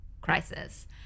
crisis